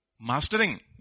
Mastering